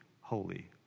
holy